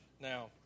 now